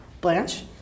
Blanche